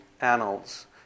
annals